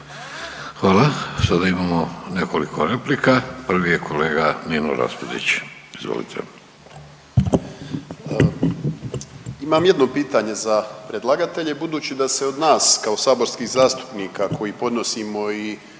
Hvala. Sada imamo nekoliko replika. Prvi je kolega Nino Raspudić, izvolite. **Raspudić, Nino (MOST)** Imam jedno pitanje za predlagatelje. Budući da se od nas kao saborskih zastupnika koji podnosimo i